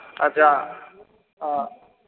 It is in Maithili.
अच्छा आ